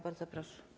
Bardzo proszę.